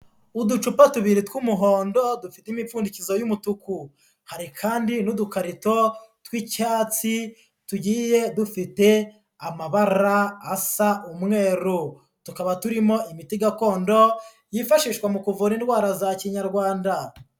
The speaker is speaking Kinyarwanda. Uducupa tubiri tw'umuhondo dufite imipfundikizo y'umutuku, hari kandi n'udukarito tw'icyatsi tugiye dufite amabara asa umweru, tukaba turimo imiti gakondo yifashishwa mu kuvura indwara za Kinyarwanda.